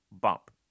bump